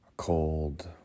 cold